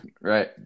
Right